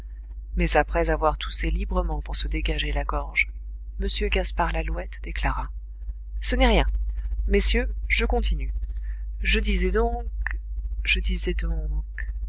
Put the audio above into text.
mais après avoir toussé librement pour se dégager la gorge m gaspard lalouette déclara ce n'est rien messieurs je continue je disais donc je disais donc